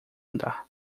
andar